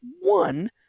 one